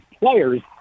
players